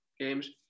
games